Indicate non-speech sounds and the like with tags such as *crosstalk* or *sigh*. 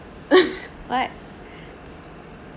*laughs* what